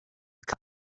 kap